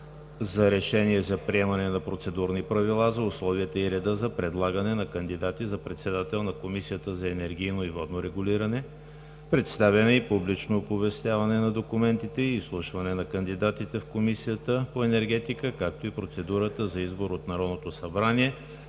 за решение за приемане на Процедурни правила за условията и реда за предлагане на кандидати за председател на Комисията за енергийно и водно регулиране, представяне и публично оповестяване на документите и изслушване на кандидатите в Комисията по енергетика, както и процедурата за избор от Народното събрание,